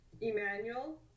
Emmanuel